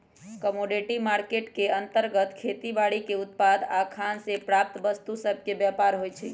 commodity market के अंतर्गत खेती बाड़ीके उत्पाद आऽ खान से प्राप्त वस्तु सभके व्यापार होइ छइ